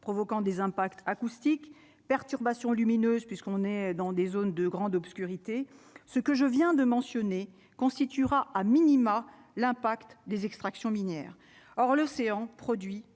provoquant des impacts acoustique perturbations lumineuse puisqu'on est dans des zones de grande obscurité, ce que je viens de mentionner constituera a minima, l'impact des extractions minières, or l'océan produit plus